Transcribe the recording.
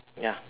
ya